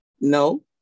no